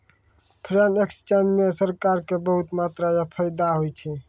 foreign exchange म सरकार क बहुत मात्रा म फायदा होय छै